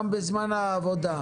וגם בזמן העבודה.